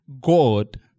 God